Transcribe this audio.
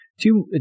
Two